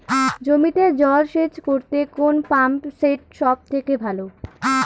জমিতে জল সেচ করতে কোন পাম্প সেট সব থেকে ভালো?